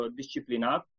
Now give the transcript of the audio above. disciplinat